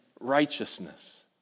righteousness